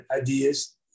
ideas